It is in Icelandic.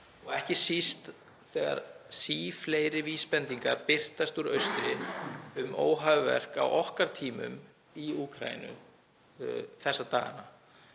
og ekki síst þegar sífellt fleiri vísbendingar birtast úr austri um óhæfuverk á okkar tímum í Úkraínu þessa dagana;